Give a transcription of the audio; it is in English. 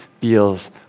feels